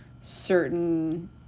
certain